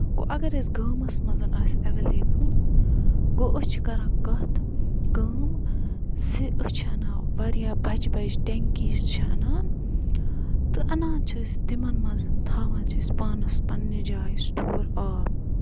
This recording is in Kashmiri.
گوٚو اَگر أسۍ گامَس منٛز آسہِ ایویلیبٕل گوٚو أسۍ چھِ کران کَتھ کٲم زِ أسۍ چھِ اَنان واریاہ بَجہِ بَجہِ ٹینکیٖز چھِ اَنان تہٕ اَنان چھِ أسۍ تِمن منٛز تھاوان چھِ أسۍ پانَس پَنٕنہِ جایہِ سِٹور آب